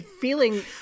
Feeling